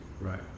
Right